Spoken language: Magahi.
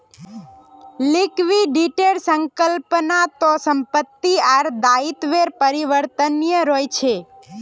लिक्विडिटीर संकल्पना त संपत्ति आर दायित्वेर परिवर्तनीयता रहछे